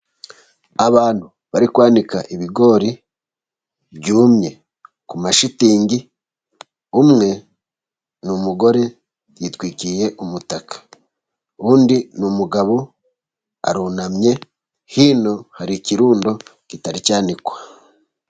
Abantu bari kwanika ibigori byumye ku ma shitingi. Umwe ni umugore yitwikiye umutaka, undi ni umugabo arunamye. Hino hari ikirundo kitari cyanikwa.